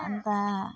अन्त